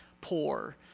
poor